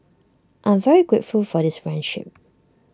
I'm very grateful for this friendship